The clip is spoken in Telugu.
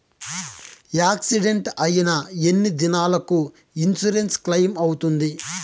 యాక్సిడెంట్ అయిన ఎన్ని దినాలకు ఇన్సూరెన్సు క్లెయిమ్ అవుతుంది?